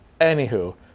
Anywho